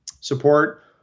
support